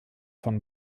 von